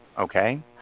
Okay